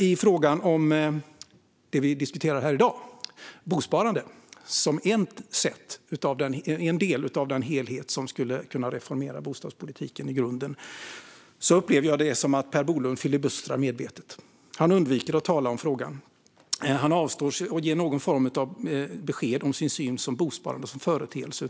I frågan om det som vi diskuterar här i dag, bosparande som en del av den helhet som skulle kunna reformera bostadspolitiken i grunden, upplever jag det som att Per Bolund filibustrar medvetet. Han undviker att tala om frågan. Han avstår från att ge någon form av besked om sin syn på bosparande som företeelse.